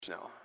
now